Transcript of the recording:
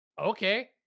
okay